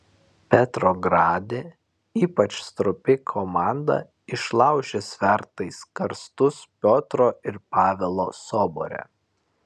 petrograde ypač stropi komanda išlaužė svertais karstus piotro ir pavelo sobore